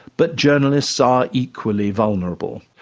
but journalists are equally vulnerable.